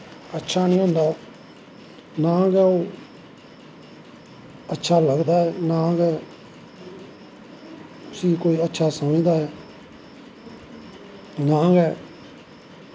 अच्छा नी होंदा नां गै ओह् अच्छा लगदा ऐ नां गै उसी कोई अच्छा समझदा ऐ नां गै